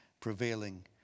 prevailing